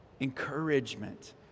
encouragement